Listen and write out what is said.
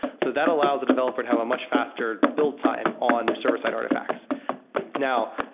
so that allows a developer to have a much faster build time on server-side artifacts now,